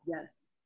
Yes